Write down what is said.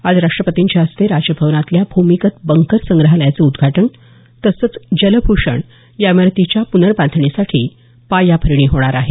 आज राष्ट्रपतींच्या हस्ते राजभवनातल्या भूमिगत बंकर संग्रहालयाचं उद्घाटन तसंच जल भूषण या इमारतीच्या पुनर्बांधणीसाठी पायाभरणी होणार आहे